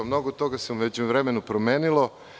Mnogo toga se u međuvremenu promenilo.